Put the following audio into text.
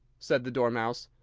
said the dormouse.